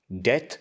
death